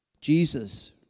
Jesus